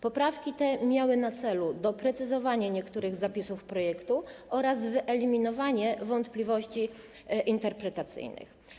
Poprawki te miały na celu doprecyzowanie niektórych zapisów projektu oraz wyeliminowanie wątpliwości interpretacyjnych.